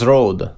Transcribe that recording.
Road